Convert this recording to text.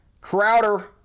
Crowder